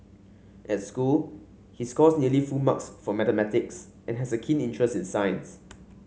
at school he scores nearly full marks for mathematics and has a keen interest in science